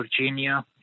virginia